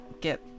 get